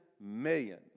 million